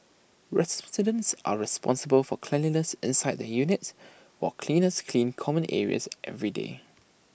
residents are responsible for cleanliness inside their units while cleaners clean common areas every day